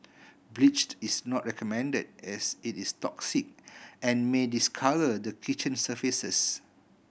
bleached is not recommended as it is toxic and may discolour the kitchen surfaces